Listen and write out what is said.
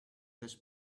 this